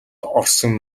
орсон